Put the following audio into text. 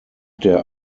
der